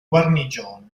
guarnigione